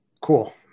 Cool